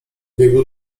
jego